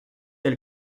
elle